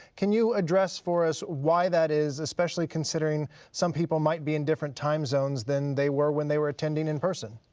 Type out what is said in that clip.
can you address for us why that is? especially considering some people might be in different time zones than they were when they were attending in person?